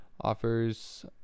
offers